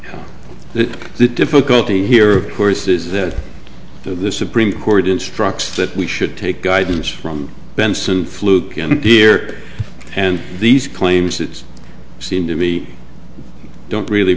t the difficulty here of course is that the supreme court instructs that we should take guidance from benson fluke and deer and these claims that seem to be don't really